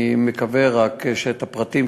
אני מקווה רק שאת הפרטים,